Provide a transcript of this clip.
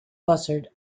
buzzard